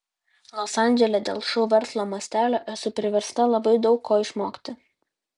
los andžele dėl šou verslo mastelio esu priversta labai daug ko išmokti